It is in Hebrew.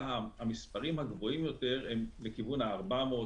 המספרים הגבוהים יותר הם דווקא באזור ה-400,